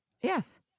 Yes